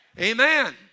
Amen